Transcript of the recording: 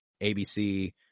ABC